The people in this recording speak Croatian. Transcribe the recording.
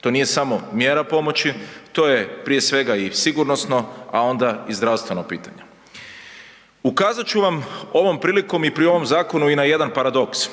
to nije samo mjera pomoći, to je prije svega i sigurnosno, a onda i zdravstveno pitanje. Ukazat ću vam ovom prilikom i pri ovom zakonu i na jedan paradoks.